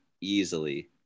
easily